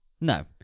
No